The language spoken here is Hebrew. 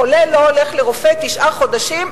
חולה לא הולך לרופא תשעה חודשים,